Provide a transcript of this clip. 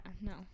no